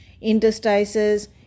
interstices